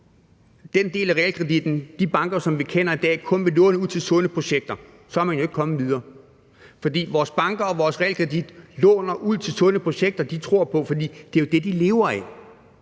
den del af realkreditinstitutterne og de banker, som vi kender i dag, kun vil låne ud til sunde projekter, så er man jo ikke kommet videre, for vores banker og realkreditinstitutter låner ud til sunde projekter, de tror på, for det er jo det, de lever af.